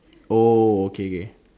oh okay K